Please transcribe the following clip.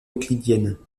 euclidienne